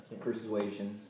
Persuasion